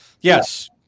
yes